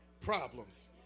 problems